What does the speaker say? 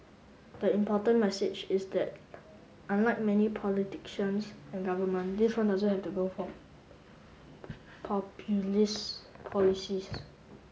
the important message is that unlike many politicians and government this one doesn't have to go for populist policies